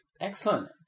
Excellent